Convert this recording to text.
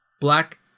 black